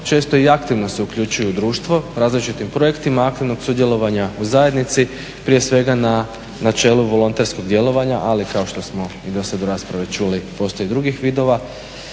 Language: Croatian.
često i aktivno se uključuju u društvo različitim projektima aktivnog sudjelovanja u zajednici prije svega na čelu volonterskog djelovanja. Ali kao što smo i do sad u raspravi čuli postoji drugih vidova,